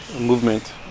movement